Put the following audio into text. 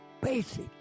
basic